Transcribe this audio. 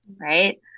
right